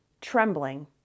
trembling